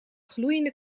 gloeiende